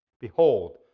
Behold